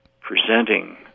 presenting